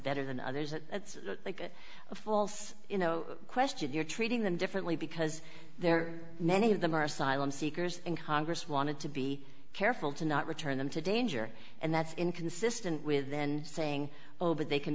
better than others and that's like a false you know question you're treating them differently because they're many of them are asylum seekers and congress wanted to be careful to not return them to danger and that's inconsistent with then saying oh but they can